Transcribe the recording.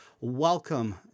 welcome